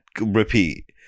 repeat